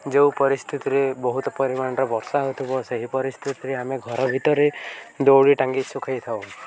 ଯେଉଁ ପରିସ୍ଥିତିରେ ବହୁତ ପରିମାଣର ବର୍ଷା ହଉଥିବ ସେହି ପରିସ୍ଥିତିରେ ଆମେ ଘର ଭିତରେ ଦଉଡ଼ି ଟାଙ୍ଗି ଶୁଖେଇଥାଉ